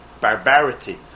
barbarity